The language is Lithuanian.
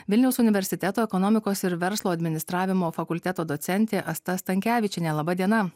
vilniaus universiteto ekonomikos ir verslo administravimo fakulteto docentė asta stankevičienė laba diena